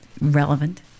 relevant